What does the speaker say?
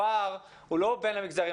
הפער הוא לא בין המגזרים,